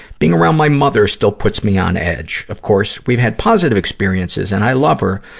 being around my mother still puts me on edge. of course, we've had positive experiences and i love her,